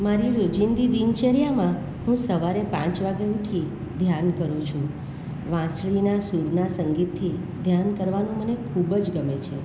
મારી રોજીંદી દિનચર્યામાં હું સવારે પાંચ વાગે ઉઠી ધ્યાન કરું છું વાંસણીના સૂરના સંગીતથી ધ્યાન કરવાનું મને ખૂબ જ ગમે છે